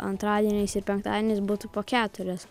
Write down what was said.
antradieniais ir penktadieniais būtų po keturias